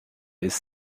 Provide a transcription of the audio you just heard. ist